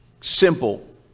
simple